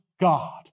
God